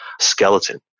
skeleton